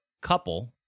couple